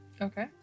Okay